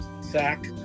sack